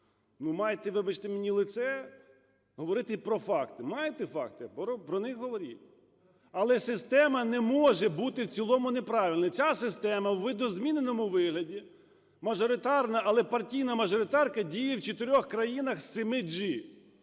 майте, вибачте мені, лице говорити про факти. Маєте факти – про них говоріть, але система не може бути в цілому неправильна. Ця система у видозміненому вигляді - мажоритарна, але партійна мажоритарка, діє в 4 країнах з 7G: